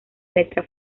letra